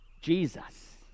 Jesus